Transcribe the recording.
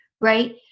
right